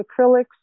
acrylics